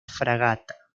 fragata